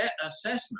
assessment